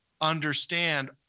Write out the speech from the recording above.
understand